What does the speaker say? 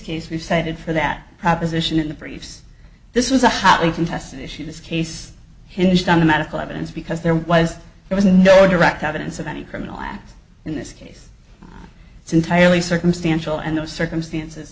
case you cited for that proposition in the briefs this was a hotly contested issue this case hinged on the medical evidence because there was there was no direct evidence of any criminal acts in this case it's entirely circumstantial and those circumstances